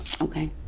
okay